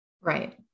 Right